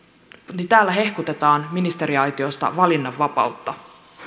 niin täällä hehkutetaan ministeriaitiosta valinnanvapautta